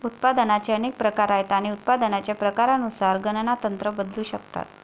उत्पादनाचे अनेक प्रकार आहेत आणि उत्पादनाच्या प्रकारानुसार गणना तंत्र बदलू शकतात